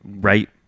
right